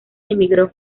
emigró